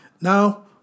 Now